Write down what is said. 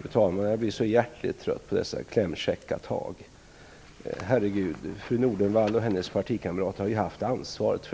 Fru talman! Jag blir så hjärtligt trött på dessa klämkäcka tag. Herregud! Fru Nordenvall och hennes partikamrater har ju haft ansvaret.